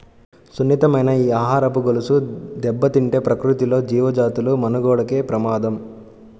సున్నితమైన ఈ ఆహారపు గొలుసు దెబ్బతింటే ప్రకృతిలో జీవజాతుల మనుగడకే ప్రమాదం